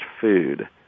food